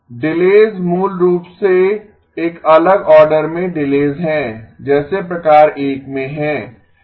delays मूल रूप से एक अलग आर्डर में डिलेस हैं जैसे प्रकार 1 में हैं